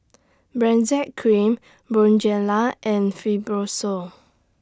Benzac Cream Bonjela and Fibrosol